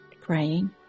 praying